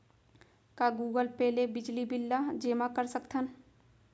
का Google Pay ले बिजली बिल ल जेमा कर सकथन?